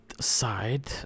side